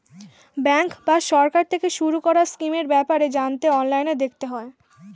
bank বা সরকার থেকে শুরু করা স্কিমের ব্যাপারে জানতে অনলাইনে দেখতে হয়